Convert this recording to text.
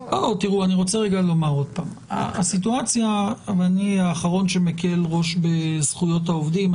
אני רוצה לומר שוב שאני האחרון שמקל ראש בזכויות העובדים,